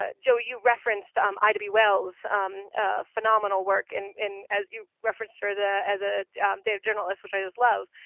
ah joe, you referenced um ida b. wells' phenomenal work. and as you referenced her as ah as a data journalist, which i just love.